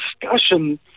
discussion